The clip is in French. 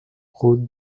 route